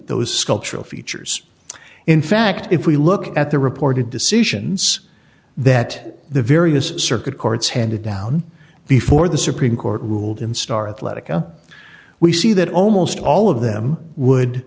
those sculptural features in fact if we look at the reported decisions that the various circuit courts handed down before the supreme court ruled in star athletica we see that almost all of them would